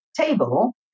table